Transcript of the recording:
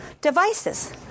devices